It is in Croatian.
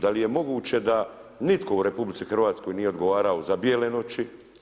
Da li je moguće da nitko u RH nije odgovarao za Bijele noći?